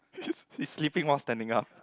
he sleeping while standing up